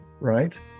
right